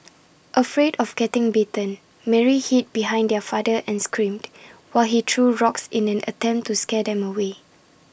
afraid of getting bitten Mary hid behind their father and screamed while he threw rocks in an attempt to scare them away